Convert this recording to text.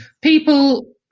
People